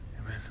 Amen